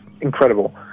incredible